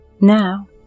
now